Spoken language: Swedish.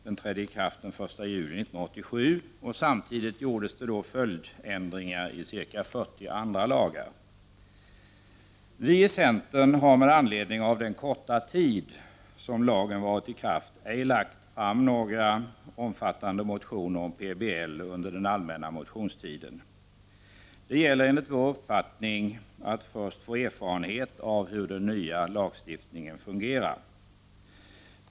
Den trädde i kraft den 1 juli 1987. Samtidigt gjordes följdändringar i ca 40 andra lagar. Vi i centern har med anledning av den korta tid som lagen varit i kraft ej lagt fram några omfattande motioner om PBL under den allmänna motionstiden. Det gäller, enligt vår uppfattning, att först få erfarenhet av hur den nya lagstiftningen fungerar.